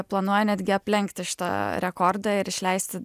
planuoja netgi aplenkti šitą rekordą ir išleisti